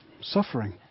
suffering